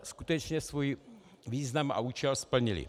Skutečně svůj význam a účel splnily.